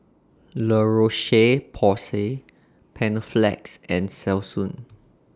La Roche Porsay Panaflex and Selsun